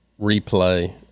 replay